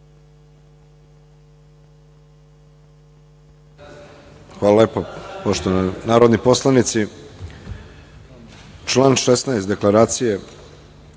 Hvala lepo. Poštovani narodni poslanici, član 16. deklaracije